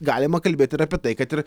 galima kalbėt ir apie tai kad ir